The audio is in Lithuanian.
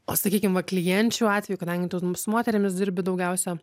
o sakykim va klienčių atveju kadangi tu su moterimis dirbi daugiausia